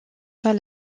pas